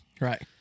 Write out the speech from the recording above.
Right